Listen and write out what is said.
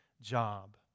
job